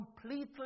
completely